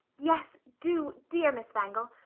yes, do, dear miss wangel.